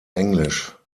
englisch